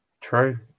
true